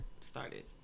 started